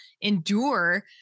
endure